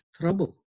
trouble